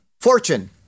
Fortune